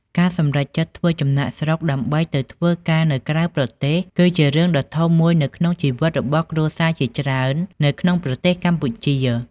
ការសម្រេចចិត្តធ្វើចំណាកស្រុកដើម្បីទៅធ្វើការនៅក្រៅប្រទេស គឺជារឿងដ៏ធំមួយនៅក្នុងជីវិតរបស់គ្រួសារជាច្រើននៅក្នុងប្រទេសកម្ពុជា។